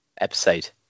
episode